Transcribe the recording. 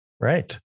Right